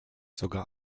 sogar